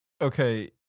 okay